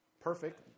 Perfect